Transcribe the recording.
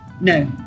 no